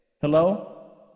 Hello